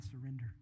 surrender